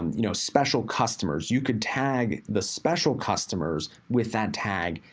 um you know, special customers, you can tag the special customers with that tag.